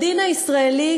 בדין הישראלי,